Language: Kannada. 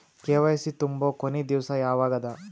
ಕೆ.ವೈ.ಸಿ ತುಂಬೊ ಕೊನಿ ದಿವಸ ಯಾವಗದ?